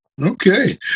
Okay